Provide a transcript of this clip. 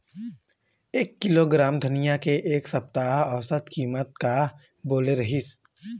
एक किलोग्राम धनिया के एक सप्ता औसत कीमत का बोले रीहिस?